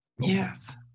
Yes